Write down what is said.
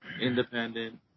independent